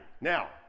Now